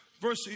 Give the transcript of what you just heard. verse